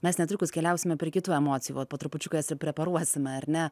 mes netrukus keliausime prie kitų emocijų vat po trupučiuką jas ir preparuosime ar ne